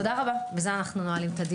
תודה רבה, הישיבה נעולה.